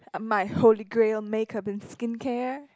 my holy grail makeup and skincare